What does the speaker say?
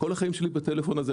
כל החיים שלי בטלפון הזה.